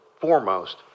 foremost